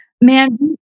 Man